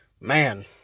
man